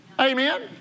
amen